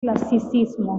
clasicismo